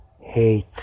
hate